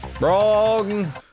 Wrong